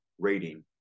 rating